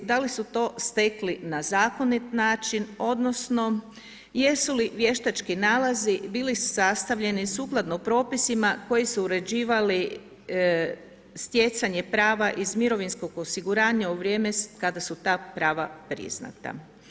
Da li su to stekli na zakonit način, odnosno, jesu li vještački nalazi, bili sastavljeni sukladno propisima koji su uređivali stjecanje prava iz mirovinskog osiguranja u vrijeme kada su ta prava priznata.